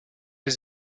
des